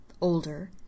older